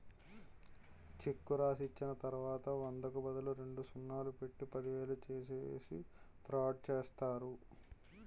చెక్కు రాసిచ్చిన తర్వాత వందకు బదులు రెండు సున్నాలు పెట్టి పదివేలు చేసేసి ఫ్రాడ్ చేస్తారు